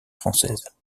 française